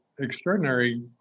extraordinary